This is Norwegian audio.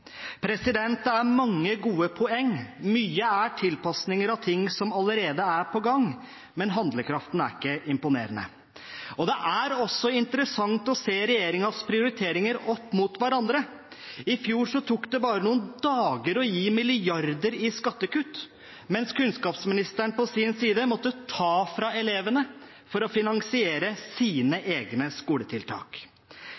Det er mange gode poeng, mye er tilpasninger av ting som allerede er på gang, men handlekraften er ikke imponerende. Det er også interessant å se regjeringens prioriteringer opp mot hverandre. I fjor tok det bare noen dager å gi milliarder i skattekutt, mens kunnskapsministeren på sin side måtte ta fra elevene for å finansiere sine